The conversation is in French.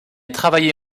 travaillé